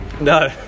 no